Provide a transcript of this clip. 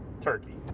turkey